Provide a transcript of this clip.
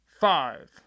Five